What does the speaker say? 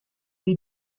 dei